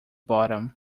bottom